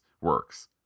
works